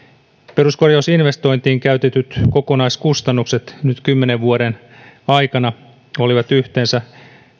peruskorjausinvestointiin käytetyt kokonaiskustannukset nyt kymmenen vuoden aikana olivat yhteensä